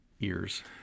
ears